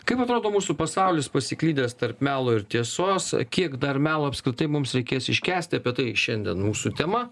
kaip atrodo mūsų pasaulis pasiklydęs tarp melo ir tiesos kiek dar melo apskritai mums reikės iškęsti tai šiandien mūsų tema